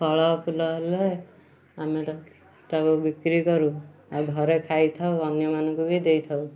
ଫଳ ଫୁଲ ହେଲେ ଆମେ ତାକୁ ତାକୁ ବିକ୍ରି କରୁ ଆଉ ଘରେ ଖାଇଥାଉ ଅନ୍ୟ ମାନଙ୍କୁ ବି ଦେଇଥାଉ